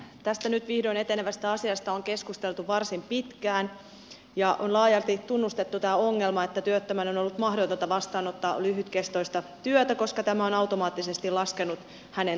tästä nyt vihdoin etenevästä asiasta on keskusteltu varsin pitkään ja on laajalti tunnustettu tämä ongelma että työttömän on ollut mahdotonta vastaanottaa lyhytkestoista työtä koska tämä on automaattisesti laskenut hänen tukiansa